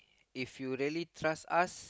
if you really trust us